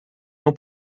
não